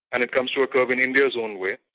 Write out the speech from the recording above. and it comes to a curve in india's own way,